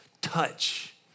touch